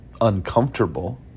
uncomfortable